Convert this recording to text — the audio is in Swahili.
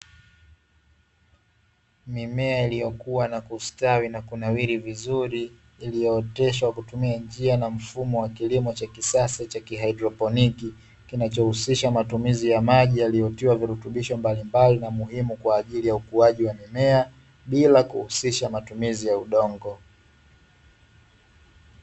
Mimea iliyokua na kustawi na kunawiri vizuri, iliyooteshwa kutumia njia na mfumo wa kilimo cha kisasa cha kihaidroponi, kinachohusisha matumizi ya maji yaliyotiwa virutubisho mbalimbali na muhimu kwa ajili ya ukuaji wa mimea, bila kuhusisha matumizi ya udongo.